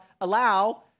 allow